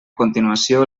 continuació